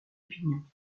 opinion